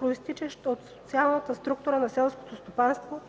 произтичащ от социалната структура на селското стопанство